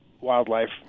wildlife